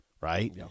right